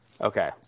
okay